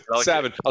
Seven